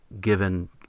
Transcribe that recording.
given